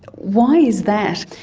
why is that?